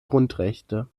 grundrechte